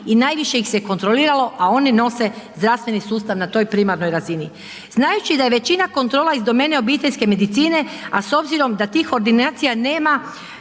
i najviše ih se kontroliralo a oni nose zdravstveni sustav na toj primarnoj razini. Znajući da je većina kontrola iz domene obiteljske medicine a s obzirom da tih ordinacija nema